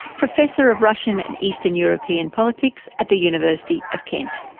professor of russian and eastern european politics at the university of kent,